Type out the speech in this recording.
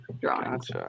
drawings